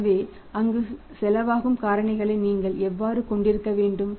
எனவே அங்கு செலவாகும் காரணிகளை நீங்கள் எவ்வாறு கொண்டிருக்க வேண்டும்